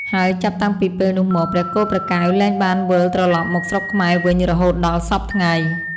ហើយចាប់តាំងពីពេលនោះមក ព្រះគោព្រះកែវលែងបានវិលត្រឡប់មកស្រុកខ្មែរវិញរហូតដល់សព្វថ្ងៃ។